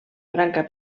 branca